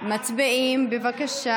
סעיפים 1 2 נתקבלו.